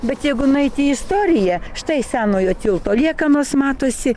bet jeigu nueiti į istoriją štai senojo tilto liekanos matosi